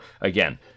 again